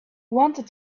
wanted